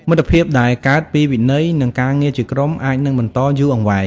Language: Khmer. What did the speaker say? មិត្តភាពដែលកើតពីវិន័យ និងការងារជាក្រុម អាចនឹងបន្តយូរអង្វែង។